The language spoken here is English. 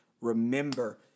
Remember